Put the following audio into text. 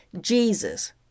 Jesus